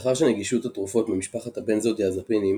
מאחר שנגישות התרופות ממשפחת הבנזודיאזפינים